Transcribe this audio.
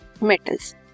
metals